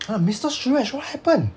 ah mister suresh what happened